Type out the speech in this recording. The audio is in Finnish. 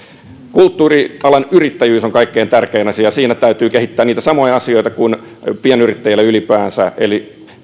kulttuurialan yrittäjyys on kaikkein tärkein asia siinä täytyy kehittää niitä samoja asioita kuin pienyrittäjällä ylipäänsä eli